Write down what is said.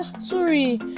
Sorry